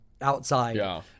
outside